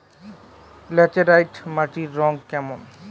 Laterite মাটির রং কেমন?